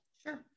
Sure